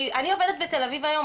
אני עובדת בתל אביב היום,